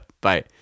Bye